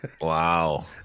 Wow